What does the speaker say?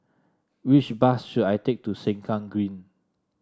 which bus should I take to Sengkang Green